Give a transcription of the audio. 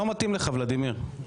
לא מתאים לך, ולדימיר.